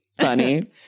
Funny